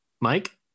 Mike